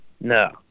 no